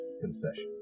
concession